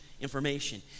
information